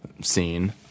scene